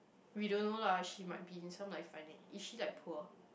we don't know lah she might be in some like funny is she like poor